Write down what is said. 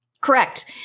Correct